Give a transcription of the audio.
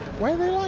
why they